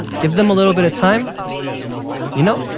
give them a little bit of time you know,